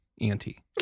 auntie